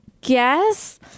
guess